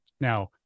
Now